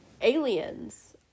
aliens